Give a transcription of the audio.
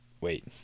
wait